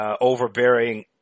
overbearing